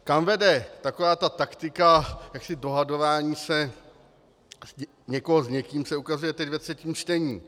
Kam vede takováto taktika dohadování se někoho s někým, se ukazuje ve třetím čtení.